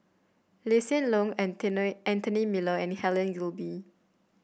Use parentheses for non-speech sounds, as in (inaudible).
Lee Hsien Loong (unintelligible) Anthony Miller and Helen Gilbey